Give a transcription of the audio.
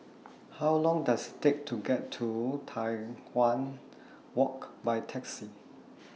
How Long Does Take to get to Tai Hwan Walk By Taxi